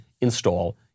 install